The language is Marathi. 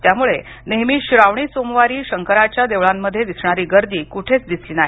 त्यामुळे नेहमी श्रावणी सोमवारी शंकराच्या देवळांमध्ये दिसणारी गर्दी क्रुठेच दिसलली नाही